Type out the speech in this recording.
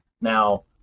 Now